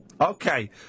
Okay